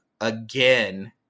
again